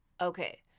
Okay